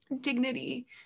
dignity